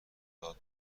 داد